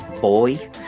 boy